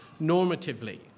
normatively